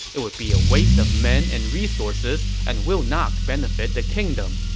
it would be a waste of men and resources and will not benefit the kingdom.